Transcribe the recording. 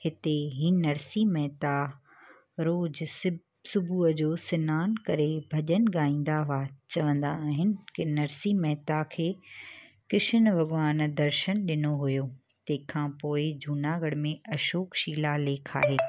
हिते ई नरसी मेहता रोज़ु सिब सुॿुह जो सनानु करे भॼन ॻाईंदा हुआ चवंदा आहिन कि नरसी मेहता खे कृष्न भॻवान दर्शन ॾिनो हुयो तंहिंखां पोइ जूनागढ़ में अशोक शिलालेखा आहे